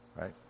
Right